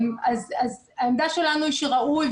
העמדה שלנו היא שראוי,